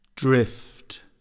Drift